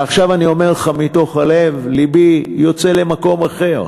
ועכשיו אני אומר לך מתוך הלב, לבי יוצא למקום אחר,